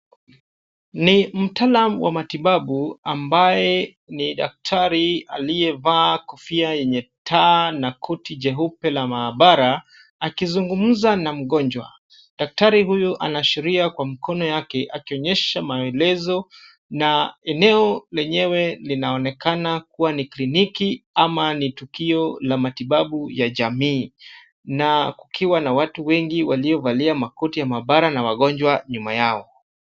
Ni mtaalam wa matibabu, ambaye ni daktari aliyevaa kofia yenye taa na koti jeupe la maabara akizungumza na mgonjwa. Daktari huyu anaashiria kwa mkono yake akionyesha maelezo na eneo lenyewe linaonekana kuwa ni kliniki ama ni tukio la matibabu ya jamii na kukiwa na watu wengi waliovalia makoti ya maabara na wagonjwa nyuma yao.